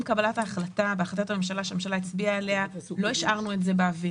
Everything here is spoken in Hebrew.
קבלת ההחלטה שהממשלה הצביעה עליה לא השארנו את זה באוויר.